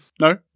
No